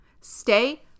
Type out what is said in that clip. Stay